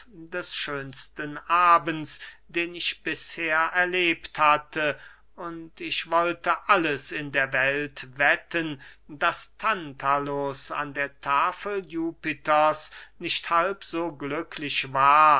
des schönsten abends den ich bisher erlebt hatte und ich wollte alles in der welt wetten daß tantalus an der tafel jupiters nicht halb so glücklich war